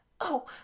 Oh